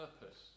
purpose